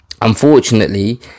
Unfortunately